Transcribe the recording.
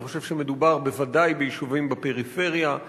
אני חושב שמדובר בוודאי ביישובים בפריפריה,